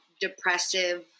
depressive